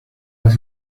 las